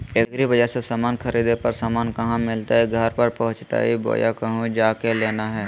एग्रीबाजार से समान खरीदे पर समान कहा मिलतैय घर पर पहुँचतई बोया कहु जा के लेना है?